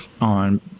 on